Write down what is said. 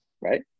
right